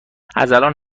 ازالان